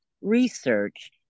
research